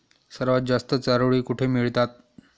सर्वात जास्त चारोळी कुठे मिळतात?